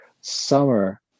summer